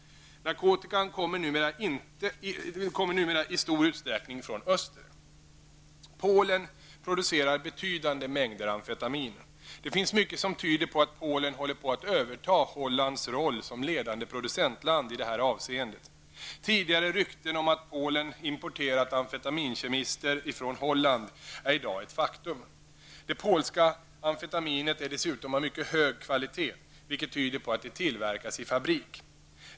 Narkotikan kommer numera i stor utsträckning från öster. Polen producerar betydande mängder amfetamin. Det finns mycket som tyder på att Polen håller på att överta Hollands roll som ledande producentland i det här avseendet. Tidigare rykten om att Polen importerat amfetaminkemister från Holland är i dag ett faktum. Det polska amfetaminet är dessutom av mycket hög kvalitet, vilket tyder på att det tillverkas i fabrik.